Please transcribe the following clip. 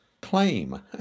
claim